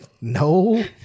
no